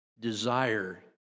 Desire